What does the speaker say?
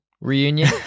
reunion